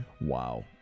Wow